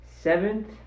Seventh